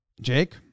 Jake